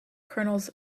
kernels